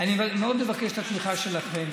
אני מאוד מבקש את התמיכה שלכם.